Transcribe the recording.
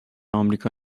آمریکا